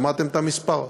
שמעתם את המספר?